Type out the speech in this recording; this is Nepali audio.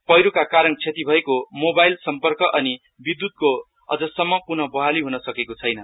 पैरोका कारण क्षति भएको मोबाइल सम्प्रक अनि विध्तको अझसम्म पूर्नबहाली हन सकेको छैन